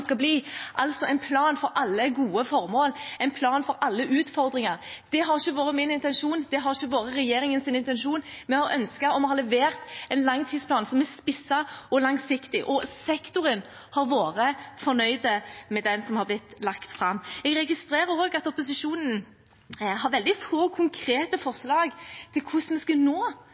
en plan for alle gode formål, en plan for alle utfordringer. Det har ikke vært min intensjon, det har ikke vært regjeringens intensjon. Vi har ønsket og vi har levert en langtidsplan som er spisset og langsiktig, og sektoren har vært fornøyd med den planen som er blitt lagt fram. Jeg registrerer også at opposisjonen har veldig få konkrete forslag i sine innlegg til hvordan vi skal